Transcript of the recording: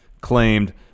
claimed